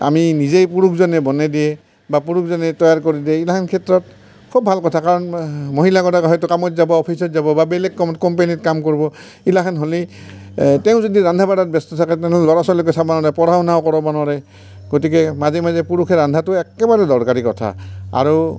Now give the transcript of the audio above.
আনি নিজেি পুৰুষজনে বনাই দিয়ে বা পুৰুষজনে তৈয়াৰ কৰি দিয়ে এইগিলাখন ক্ষেত্ৰত খুব ভাল কথা কাৰণ মহিলাগৰাকী হয়তো কামত যাব অফিচত যাব বা বেলেগ কামত কম্পেনীত কাম কৰিব এইগিলাখন হ'লে তেওঁ যদি ৰন্ধা বঢ়াত ব্যস্ত থাকে তেনেহ'লে ল'ৰা ছোৱালীকো চাব নোৱাৰে পঢ়া শুনাও কৰাব নোৱাৰে গতিকে মাজে মাজে পুৰুষে ৰন্ধাটো একেবাৰে দৰকাৰী কথা আৰু